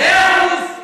מאה אחוז.